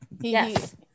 Yes